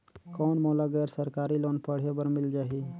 कौन मोला गैर सरकारी लोन पढ़े बर मिल जाहि?